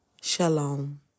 Shalom